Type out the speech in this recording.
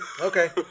okay